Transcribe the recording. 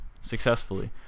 successfully